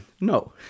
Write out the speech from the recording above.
No